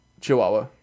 Chihuahua